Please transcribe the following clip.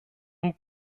und